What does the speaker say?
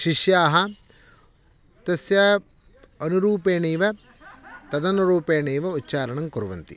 शिष्याः तस्य अनुरूपेणैव तदनुरूपेणेव उच्चारणङ्कुर्वन्ति